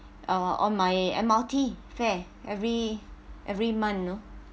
uh on my M_R_T fare every every month you know